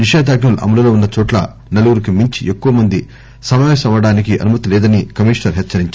నిషేధాజ్ఞలు అమలులో ఉన్నచోట్ల నలుగురికి మించి ఎక్కువ మంది సమాపేశమవ్వడానికి అనుమతి లేదని కమిషనర్ హెచ్చరించారు